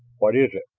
what is it?